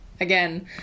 again